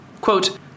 Quote